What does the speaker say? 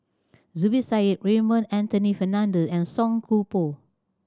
Zubir Said Raymond Anthony Fernando and Song Koon Poh